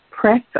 press